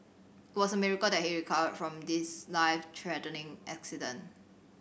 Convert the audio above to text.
it was a miracle that he recovered from this life threatening accident